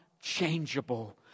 unchangeable